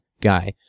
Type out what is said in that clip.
guy